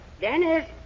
Dennis